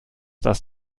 das